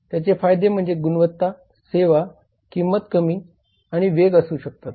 त्याचे फायदे म्हणजे गुणवत्ता सेवा कमी किंमत आणि वेग असे असू शकतात